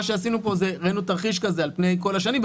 שעשינו פה זה ראינו תרחיש כזה על פני כל השנים.